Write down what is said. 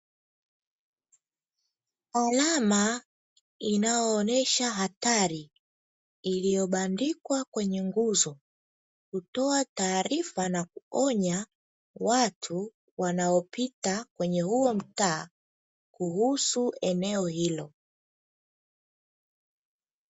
Alama inayoonesha hatari iliyobandikwa kwenye nguzo kutoa taarifa na kuonya watu wanaopita kwenye huo mtaa kuhusu eneo hilo.